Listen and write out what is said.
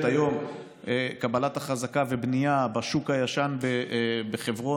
היום קבלת החזקה ובנייה בשוק הישן בחברון,